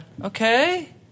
Okay